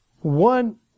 One